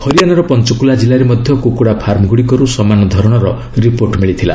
ହରିଆଣାର ପଞ୍ଚକୁଲା ଜିଲ୍ଲାରେ ମଧ୍ୟ କୁକୁଡ଼ା ଫାର୍ମଗୁଡ଼ିକରୁ ସମାନ ଧରଣର ରିପୋର୍ଟ୍ ମିଳିଥିଲା